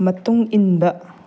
ꯃꯇꯨꯡ ꯏꯟꯕ